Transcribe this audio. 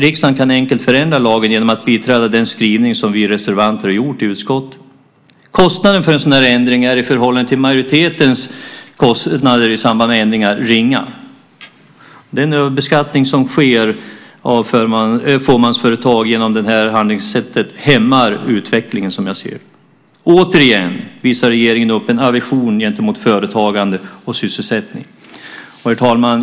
Riksdagen kan enkelt förändra lagen genom att biträda den skrivning som vi reservanter gjort i utskottet. Kostnaden för en sådan förändring i förhållande till kostnaderna i samband med majoritetens ändringar är ringa. Den överbeskattning som sker av fåmansföretag genom det här handlingssättet hämmar utvecklingen, som jag ser det. Återigen visar regeringen upp en aversion gentemot företagande och sysselsättning. Herr talman!